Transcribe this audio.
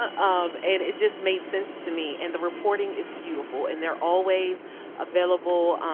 um and it just made sense to me. and the reporting is beautiful, and they're always available